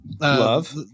love